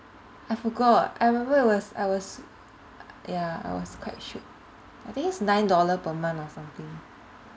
I forgot I remember it was I was a~ ya I was quite shook I think it's nine dollar per month or something